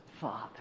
father